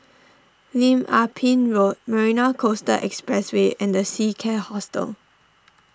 Lim Ah Pin Road Marina Coastal Expressway and the Seacare Hotel